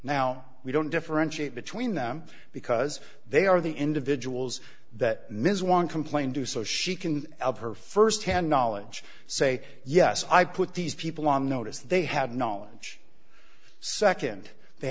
now we don't differentiate between them because they are the individuals that ms one complained to so she can help her st hand knowledge say yes i put these people on notice that they had knowledge nd they